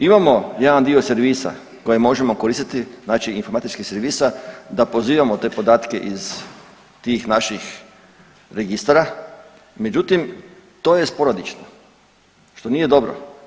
Imamo jedan dio servisa koje možemo koristiti znači informatičkih servisa da pozivamo te podatke iz tih naših registara, međutim to je sporadično što nije dobro.